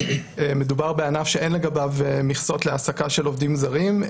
מדובר בענף שאין לגביו מכסות להעסקה של עובדים זרים,